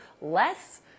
less